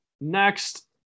next